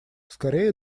скорее